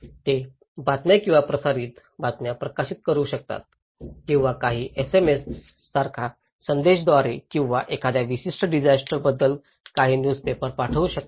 ते बातम्या किंवा प्रसारित बातम्या प्रकाशित करू शकतात किंवा काही SMS सारख्या संदेशाद्वारे किंवा एखाद्या विशिष्ट डिजास्टर बद्दल काही न्यूजपेपर पाठवू शकतात